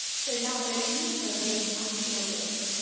so now we're going to meet some of those archeologists.